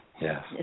yes